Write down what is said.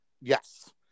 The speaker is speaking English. yes